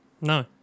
no